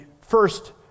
first